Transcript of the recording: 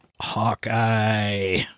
Hawkeye